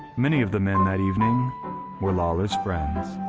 many of the men that evening were lawlor's friends.